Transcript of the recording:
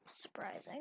Surprising